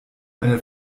eine